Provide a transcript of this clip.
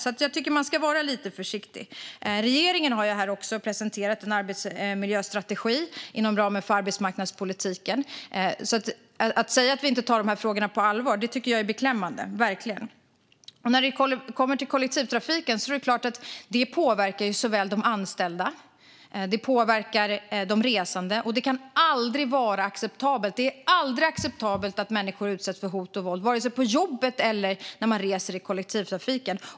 Jag tycker därför att man ska vara lite försiktig. Regeringen har presenterat en arbetsmiljöstrategi inom ramen för arbetsmarknadspolitiken. Att säga att vi inte tar de här frågorna på allvar tycker jag därför är beklämmande. När det kommer till hot och våld inom kollektivtrafiken är det klart att det påverkar såväl de anställda som de resande. Det kan aldrig vara acceptabelt att människor utsätts för hot och våld vare sig på jobbet eller när de reser i kollektivtrafiken.